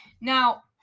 Now